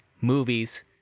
movies